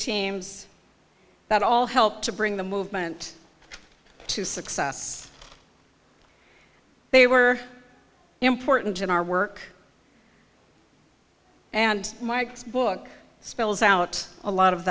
teams that all helped to bring the movement to success they were important in our work and mike's book spells out a lot of